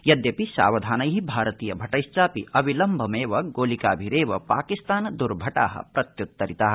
यद्यपि सावधानै भारतीय भटैश्चापि अविलम्बमेव गोलिकाभिरेव पाकिस्तान द्र्भटा प्रत्युत्तरिता